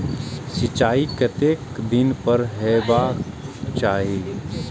सिंचाई कतेक दिन पर हेबाक चाही?